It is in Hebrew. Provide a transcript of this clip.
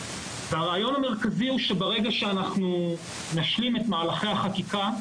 הרעיון המרכזי הוא שברגע שאנחנו נשלים את מהלכי החקיקה,